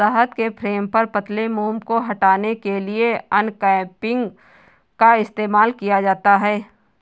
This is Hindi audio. शहद के फ्रेम पर पतले मोम को हटाने के लिए अनकैपिंग का इस्तेमाल किया जाता है